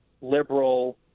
liberal